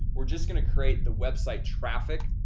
we're just gonna create the website traffic